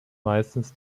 meistens